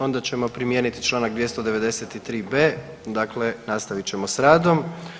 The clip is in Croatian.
Onda ćemo primijeniti Članak 293b. dakle nastavit ćemo s radom.